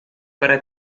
para